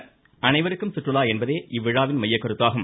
அனைவருக்கும் சுற்றுலா என்பதே இவ்விழாவின் மைய கருத்தாகும்